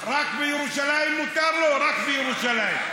רק בירושלים מותר לו, או לא רק בירושלים?